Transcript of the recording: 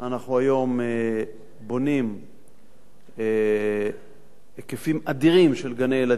אנחנו היום בונים היקפים אדירים של גני-ילדים,